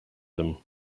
them